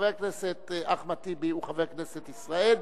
חבר הכנסת אחמד טיבי הוא חבר כנסת ישראל,